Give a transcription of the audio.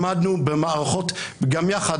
למדנו במערכות גם יחד,